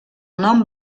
nom